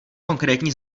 konkrétní